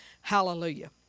hallelujah